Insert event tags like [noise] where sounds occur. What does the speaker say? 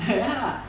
[laughs]